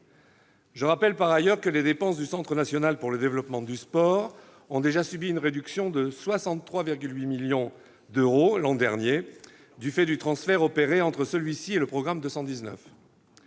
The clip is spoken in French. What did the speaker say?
Je rappelle, par ailleurs, que les dépenses du Centre national pour le développement du sport, le CNDS, ont déjà subi une réduction de 63,8 millions d'euros l'an dernier du fait du transfert opéré avec le programme 219.